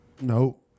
No